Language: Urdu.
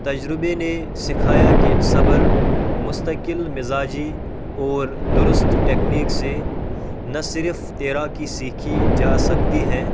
تجربے نے سکھایا کے صبر مستقل مزاجی اور درست ٹیکنیک سے نہ صرف تیراکی سیکھی جا سکتی ہیں